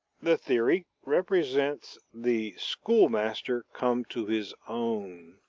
the theory represents the schoolmaster come to his own.